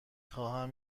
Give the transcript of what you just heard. خواهم